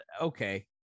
okay